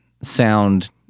sound